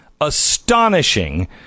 astonishing